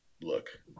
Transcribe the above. look